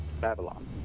Babylon